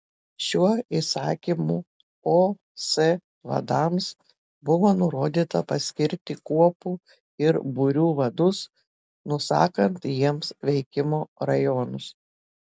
šiuo įsakymu os vadams buvo nurodyta paskirti kuopų ir būrių vadus nusakant jiems veikimo rajonus